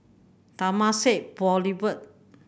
Temasek Boulevard